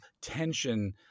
tension